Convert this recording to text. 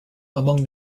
among